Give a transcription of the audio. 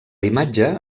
imatge